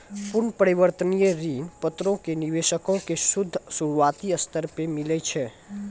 पूर्ण परिवर्तनीय ऋण पत्रो मे निवेशको के सूद शुरुआती स्तर पे मिलै छै